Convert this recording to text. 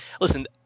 listen